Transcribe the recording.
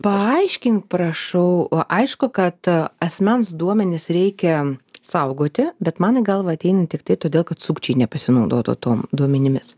paaiškink prašau aišku kad asmens duomenis reikia saugoti bet man į galvą ateina tiktai todėl kad sukčiai nepasinaudotų tuom duomenimis